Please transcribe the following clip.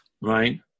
right